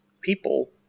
people